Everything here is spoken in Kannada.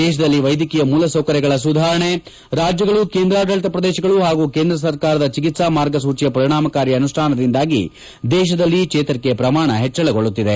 ದೇಶದಲ್ಲಿ ವೈದ್ಯಕೀಯ ಮೂಲಸೌಕರ್ಯಗಳ ಸುಧಾರಣೆ ರಾಜ್ನಗಳು ಕೇಂದ್ರಾಡಳಿತ ಪ್ರದೇಶಗಳು ಹಾಗೂ ಕೇಂದ್ರ ಸರ್ಕಾರದ ಚಿಕಿತ್ತಾ ಮಾರ್ಗಸೂಚಿಯ ಪರಿಣಾಮಕಾರಿ ಅನುಷ್ಣಾನದಿಂದಾಗಿ ದೇಶದಲ್ಲಿ ಚೇತರಿಕೆ ಪ್ರಮಾಣ ಹೆಚ್ಚಳಗೊಳ್ದುತ್ತಿದೆ